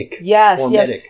yes